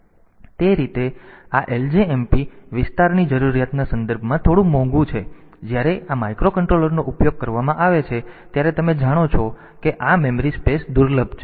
તેથી તે રીતે આ ljmp વિસ્તારની જરૂરિયાતના સંદર્ભમાં થોડું મોંઘું છે અને જ્યારે આ માઇક્રોકન્ટ્રોલર નો ઉપયોગ કરવામાં આવે છે ત્યારે તમે જાણો છો કે આ મેમરી સ્પેસ દુર્લભ છે